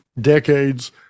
decades